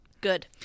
Good